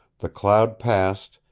the cloud passed,